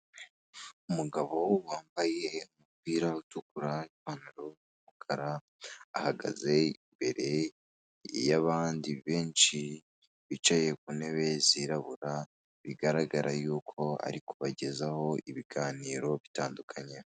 Umugabo wambaye umupira utukura n'ipantaro y'umukara, ahagaze imbere y'abandi benshi bicaye ku ntebe zirabura, bigaragara yuko ari kubagezaho ibiganiro bitandukanye.